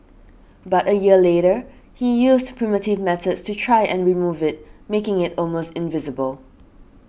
but a year later he used primitive methods to try and remove it making it almost invisible